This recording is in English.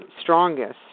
strongest